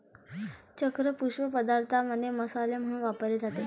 चक्र पुष्प पदार्थांमध्ये मसाले म्हणून वापरले जाते